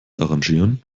arrangieren